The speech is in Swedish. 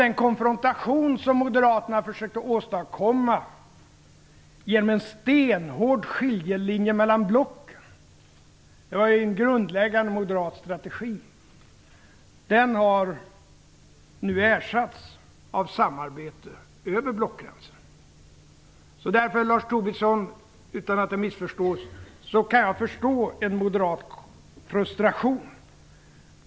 Den konfrontation som moderaterna försökte åstadkomma genom en stenhård skiljelinje mellan blocken - det var ju en grundläggande moderat strategi - har nu ersatts av samarbete över blockgränsen. Därför kan jag förstå en moderat frustration, Lars Tobisson, utan att det skall missförstås.